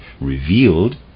revealed